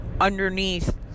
underneath